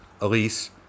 Elise